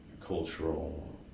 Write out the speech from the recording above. cultural